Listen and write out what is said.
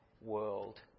world